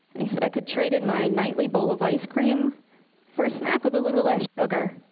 and he said, i could trade in my nightly bowl of ice cream for a snack with a little less sugar.